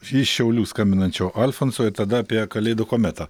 iš šiaulių skambinančio alfonso ir tada apie kalėdų kometą